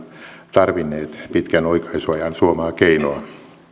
tarvinneet pitkän oikaisuajan suomaa keinoa